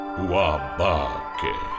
wabake